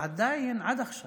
עדיין, עד עכשיו